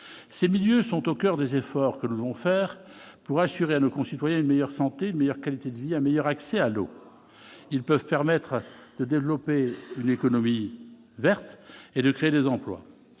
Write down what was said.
ces milieux sont au coeur des efforts que l'on faire pour assurer à nos concitoyens une meilleure santé, meilleure qualité de vie, un meilleur accès à l'eau, ils peuvent permettre de développer une économie verte et de créer des emplois,